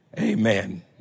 amen